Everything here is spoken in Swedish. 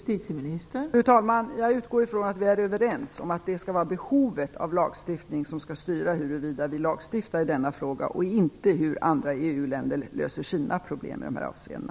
Fru talman! Jag utgår från att vi är överens om att det är behovet av lagstiftning som skall styra huruvida vi lagstiftar i denna fråga och inte hur andra EU länder löser sina problem i dessa avseenden.